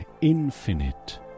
infinite